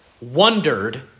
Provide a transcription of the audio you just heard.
wondered